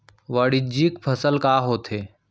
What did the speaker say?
वाणिज्यिक फसल का होथे?